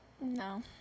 No